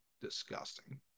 disgusting